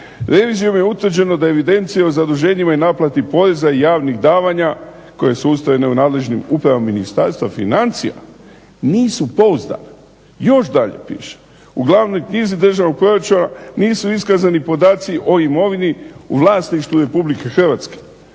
"Revizijom je utvrđeno da evidencija o zaduženjima i naplati poreza javnih davanja koje su ustrojene u nadležnim upravnim Ministarstva financija nisu pouzdana". Još dalje piše "U glavnoj knjizi državnog proračuna nisu iskazani podaci o imovini u vlasništvu RH". U 24 reda ovo.